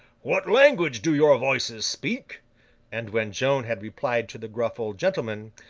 what language do your voices speak and when joan had replied to the gruff old gentleman,